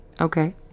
Okay